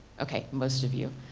okay, most of you.